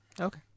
Okay